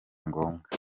ngombwa